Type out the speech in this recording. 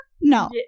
No